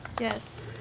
Yes